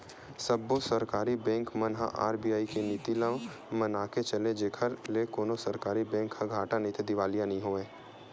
सब्बो सरकारी बेंक मन ह आर.बी.आई के नीति ल मनाके चले जेखर ले कोनो सरकारी बेंक ह घाटा नइते दिवालिया नइ होवय